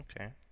okay